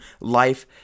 life